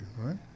right